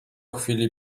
chwili